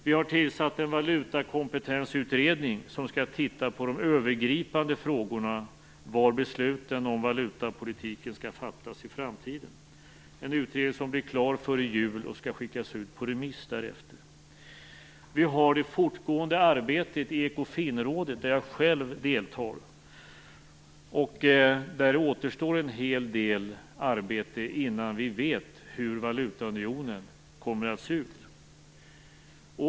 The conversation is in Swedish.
Vi har tillsatt en valutakompetensutredning som skall titta på de övergripande frågorna om var besluten om valutapolitiken skall fattas i framtiden. Det är en utredning som blir klar före jul och skall skickas ut på remiss därefter. Vi har det fortgående arbetet i Ekofinrådet där jag själv deltar. Där återstår det en hel del arbete innan vi vet hur valutaunionen kommer att se ut.